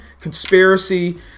conspiracy